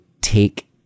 take